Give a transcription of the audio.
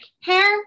hair